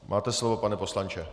Máte slovo, pane poslanče.